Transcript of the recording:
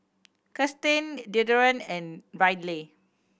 Kiersten Dereon and Ryley